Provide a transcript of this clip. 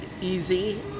easy